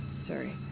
Sorry